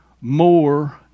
more